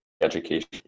education